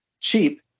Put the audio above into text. cheap